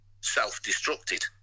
self-destructed